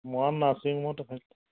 মই নাৰ্ছিং হোমত দেখাইছিলোঁ